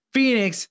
Phoenix